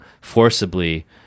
forcibly